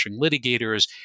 litigators